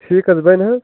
ٹھیٖک حظ بَنہِ حظ